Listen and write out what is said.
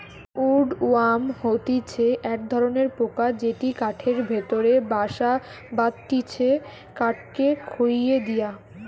would worm হতিছে এক ধরণের পোকা যেটি কাঠের ভেতরে বাসা বাঁধটিছে কাঠকে খইয়ে দিয়া